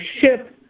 ship